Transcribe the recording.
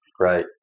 Right